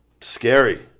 scary